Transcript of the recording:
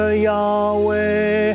Yahweh